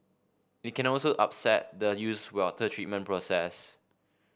it can also upset the used water treatment process